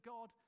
God